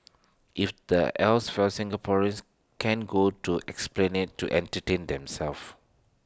if the else fails Singaporeans can go to esplanade to entertain themselves